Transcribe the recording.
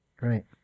Right